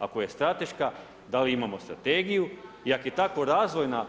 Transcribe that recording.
Ako je strateška, da li imamo strategiju i ako je tako razvojna